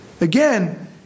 Again